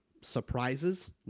surprises